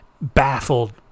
baffled